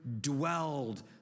dwelled